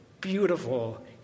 beautiful